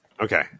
Okay